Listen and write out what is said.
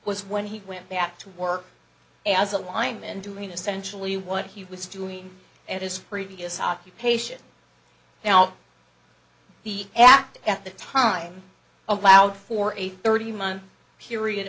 was when he went back to work as a lineman doing essentially what he was doing at his previous occupation now the act at the time allowed for a thirty month period